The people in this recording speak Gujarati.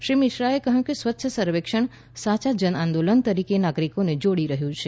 શ્રી મિશ્રાએ કહ્યું કે સ્વચ્છ સર્વેક્ષણ સાચા જન આંદોલન તરીકે નાગરિકોને જોડી રહ્યું છે